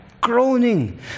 groaning